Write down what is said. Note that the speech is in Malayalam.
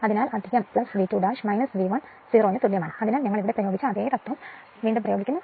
അതിനാൽ V2 V 1 0 ന് തുല്യമാണ് അതിനാൽ ഞങ്ങൾ അവിടെ പ്രയോഗിച്ച അതേ കാര്യം KVL പ്രയോഗിക്കുക